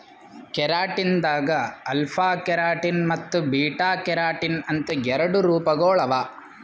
keratin ದಾಗ್ alpha keratin ಮತ್ತ್ beta keratin ಅಂತ್ ಎರಡು ರೂಪಗೊಳ್ ಅವಾ